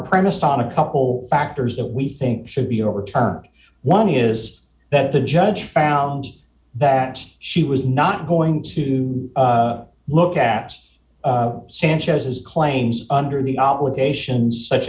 premised on a couple factors that we think should be overturned one is that the judge found that she was not going to look at sanchez's claims under the obligations such